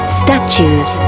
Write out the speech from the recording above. statues